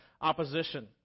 opposition